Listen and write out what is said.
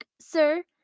sir